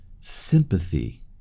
sympathy